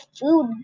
food